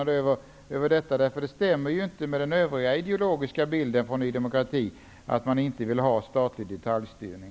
Det stämmer inte med den övriga ideologiska bilden av Ny demokrati, att man inte vill ha statlig detaljstyrning.